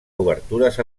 obertures